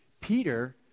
Peter